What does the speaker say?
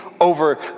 over